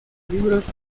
libros